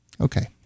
Okay